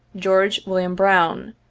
george wm. brown,